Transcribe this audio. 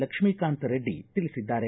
ಲಕ್ಷ್ಮೀಕಾಂತರೆಡ್ಡಿ ತಿಳಿಸಿದ್ದಾರೆ